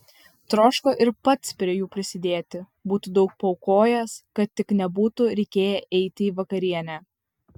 troško ir pats prie jų prisidėti būtų daug paaukojęs kad tik nebūtų reikėję eiti į vakarienę